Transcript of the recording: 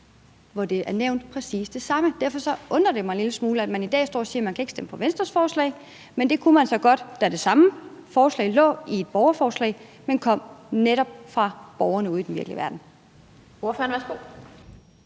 hvor der er nævnt præcis det samme. Derfor undrer det mig en lille smule, at man i dag står og siger, at man ikke kan stemme for Venstres forslag, men at man godt kunne stemme for det, da det samme forslag lå i form af et borgerforslag, som netop kom fra borgerne ude i den virkelige verden.